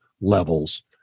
levels